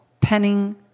penning